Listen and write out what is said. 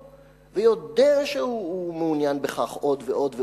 ויודע שהוא מעוניין בכך עוד ועוד ועוד,